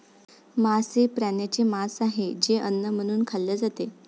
मांस हे प्राण्यांचे मांस आहे जे अन्न म्हणून खाल्ले जाते